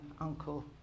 uncle